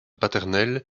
paternel